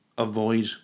Avoid